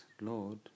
Lord